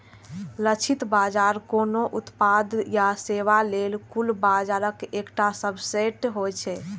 लक्षित बाजार कोनो उत्पाद या सेवा लेल कुल बाजारक एकटा सबसेट होइ छै